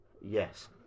Yes